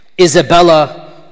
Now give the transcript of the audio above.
Isabella